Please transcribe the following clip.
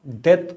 death